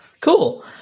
Cool